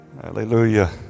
Hallelujah